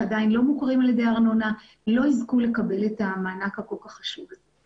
שעדיין לא מוכרים על ידי ארנונה לא יזכו לקבל את המענק הכל כך חשוב הזה.